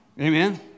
Amen